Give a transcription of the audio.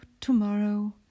tomorrow